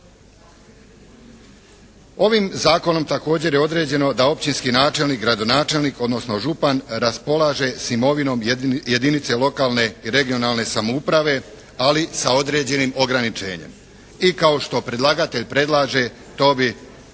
Ovim zakonom također je određeno da općinski načelnik, gradonačelnik, odnosno župan raspolaže sa imovinom jedinice lokalne i regionalne samouprave, ali sa određenim ograničenjem. I kao što predlagatelj predlaže to bi